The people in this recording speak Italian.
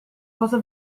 cosa